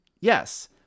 Yes